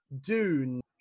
Dune